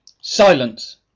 Silence